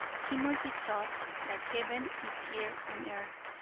he must be taught that heaven is here on earth,